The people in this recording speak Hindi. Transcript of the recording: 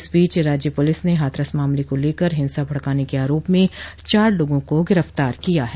इस बीच राज्य पुलिस ने हाथरस मामले को लेकर हिंसा भड़काने के आरोप में चार लोगों को गिरफ्तार किया है